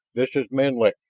this is menlik.